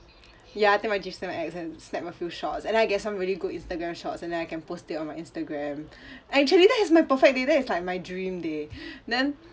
ya I take my G seven X and snap a few shots and then I get some really good instagram shots and then I can post it on my instagram actually that is my perfect day that is like my dream day then